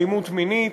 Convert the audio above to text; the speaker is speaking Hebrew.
אלימות מינית,